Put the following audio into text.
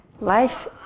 life